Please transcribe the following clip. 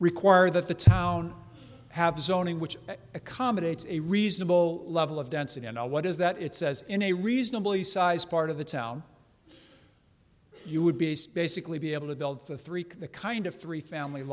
require that the town have zoning which accommodates a reasonable level of density and what is that it says in a reasonably sized part of the town you would be basically be able to build three the kind of three family